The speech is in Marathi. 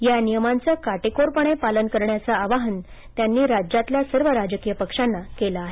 या नियमांचं काटेकोरपणे पालन करण्याचं आवाहन त्यांनी राज्यातल्या सर्व राजकीय पक्षांना केलं आहे